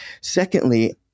secondly